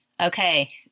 Okay